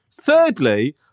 Thirdly